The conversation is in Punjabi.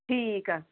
ਠੀਕ ਆ